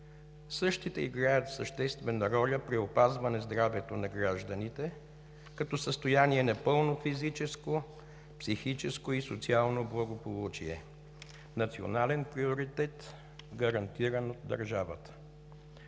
Те играят съществена роля при опазване здравето на гражданите, като състояние на пълно физическо, психическо и социално благополучие – национален приоритет, гарантиран от държавата.